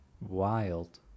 Wild